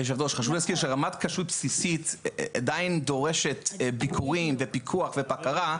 חשוב להזכיר שרמת כשרות בסיסית עדיין דורשת ביקורים ופיקוח ובקרה,